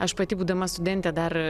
aš pati būdama studentė dar